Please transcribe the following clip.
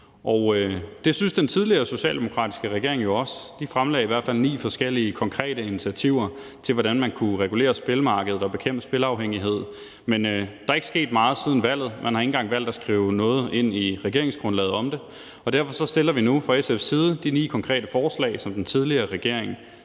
den tidligere socialdemokratiske regering jo også. De fremlagde i hvert fald ni forskellige konkrete initiativer til, hvordan man kunne regulere spilmarkedet og bekæmpe spilafhængighed, men der er ikke sket meget siden valget. Man har ikke engang valgt at skrive noget ind i regeringsgrundlaget om det, og derfor stiller vi nu fra SF's side de ni konkrete forslag, som den tidligere regering